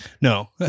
No